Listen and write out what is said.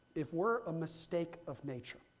if we're a mistake of nature,